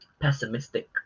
pessimistic